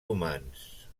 humans